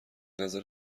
نظر